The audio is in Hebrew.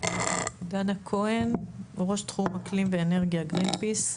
דנה כהן, ראש תחום אקלים ואנרגיה, גרינפיס.